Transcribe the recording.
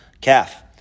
Calf